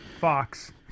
Fox